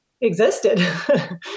existed